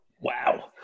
Wow